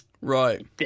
Right